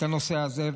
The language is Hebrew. את הנושא הזה.